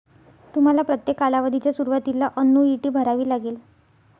तुम्हाला प्रत्येक कालावधीच्या सुरुवातीला अन्नुईटी भरावी लागेल